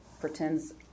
pretends